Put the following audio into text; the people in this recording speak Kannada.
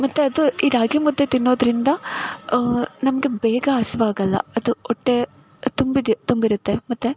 ಮತ್ತು ಅದು ಈ ರಾಗಿಮುದ್ದೆ ತಿನ್ನೋದರಿಂದ ನಮಗೆ ಬೇಗ ಹಸಿವಾಗಲ್ಲ ಅದು ಹೊಟ್ಟೆ ತುಂಬಿದೆ ತುಂಬಿರುತ್ತೆ ಮತ್ತು